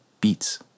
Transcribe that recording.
beats